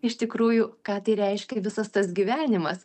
iš tikrųjų ką tai reiškia visas tas gyvenimas